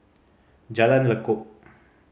Jalan Lekub